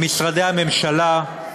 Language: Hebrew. למשרדי הממשלה,